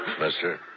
Mister